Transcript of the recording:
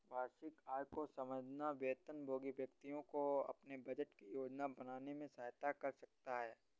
वार्षिक आय को समझना वेतनभोगी व्यक्तियों को अपने बजट की योजना बनाने में सहायता कर सकता है